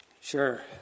Sure